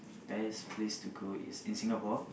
the best place to go is in Singapore